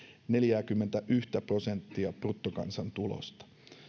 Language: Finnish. neljääkymmentäyhtä prosenttia bruttokansantulosta